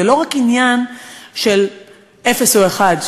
זה לא רק עניין של אפס או אחד,